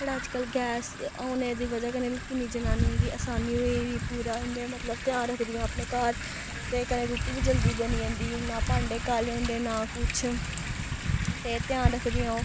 but अजकल्ल gas औने दी बजह् कन्नै किन्नी जनानियें गी असानी होई गेदी पूरा उं'दा मतलब ध्यान रक्खदियां अपने घर ते कन्नै रुट्टी बी जल्दी बनी जंदी ना भांडे काले होंदे ना कुछ ते ध्यान रक्खदियां ओह्